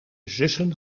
zussen